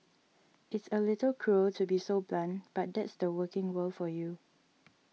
it's a little cruel to be so blunt but that's the working world for you